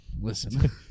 Listen